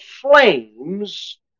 flames